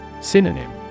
Synonym